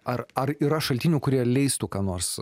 ar ar yra šaltinių kurie leistų ką nors